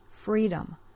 freedom